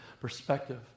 perspective